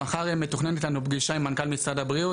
מחר מתוכננת לנו פגישה עם מנכ"ל משרד הבריאות,